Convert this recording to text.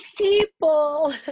People